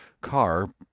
car